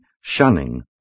shunning